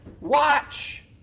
Watch